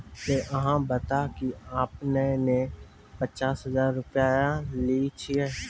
ते अहाँ बता की आपने ने पचास हजार रु लिए छिए?